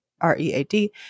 r-e-a-d